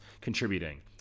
contributing